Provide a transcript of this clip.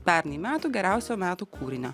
pernai metų geriausio metų kūrinio